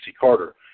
Carter